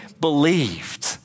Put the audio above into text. believed